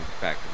back